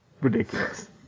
ridiculous